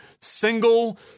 single